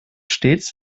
stets